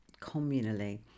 communally